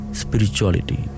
spirituality